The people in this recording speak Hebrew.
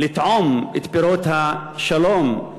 לטעום את פירות השלום,